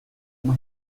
uma